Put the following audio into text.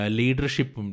leadership